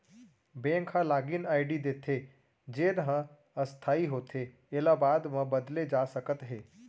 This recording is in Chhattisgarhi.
बेंक ह लागिन आईडी देथे जेन ह अस्थाई होथे एला बाद म बदले जा सकत हे